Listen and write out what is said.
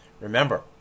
Remember